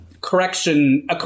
correction